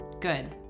Good